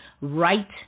right